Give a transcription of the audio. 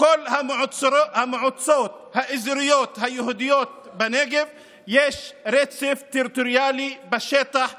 בכל המועצות האזוריות היהודיות בנגב יש רצף טריטוריאלי בשטח שלהן.